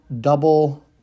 double